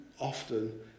often